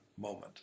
moment